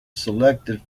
selected